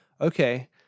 Okay